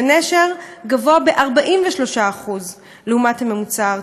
בנשר הוא גבוה ב-43% לעומת הממוצע הארצי.